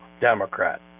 Democrat